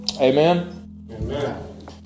Amen